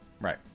Right